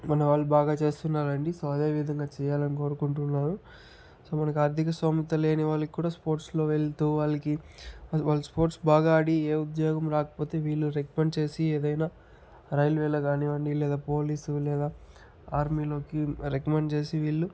మన వాళ్ళు బాగా చేస్తున్నారండి సో అదేవిధంగా చేయాలని కోరుకుంటున్నాను సో మనకు ఆర్థిక స్థోమత లేని వాళ్ళకి కూడా స్పోర్ట్స్లో వెళుతు వాళ్ళకి వాళ్ళు స్పోర్ట్స్ బాగా ఆడి ఏ ఉద్యోగం రాకపోతే వీళ్ళు రెకమెండ్ చేసి ఏదైనా రైల్వేలో కానివ్వండి లేదా పోలీస్ లేదా ఆర్మీలోకి రెకమెండ్ చేసి వీళ్ళు